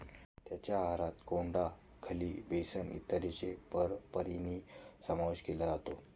त्यांच्या आहारात कोंडा, खली, बेसन इत्यादींचा परंपरेने समावेश केला जातो